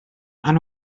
amb